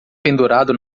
pendurado